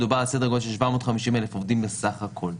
מדובר על סדר גודל של 750 אלף עובדים בסך הכול.